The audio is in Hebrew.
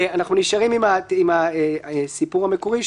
היא הייתה סיעת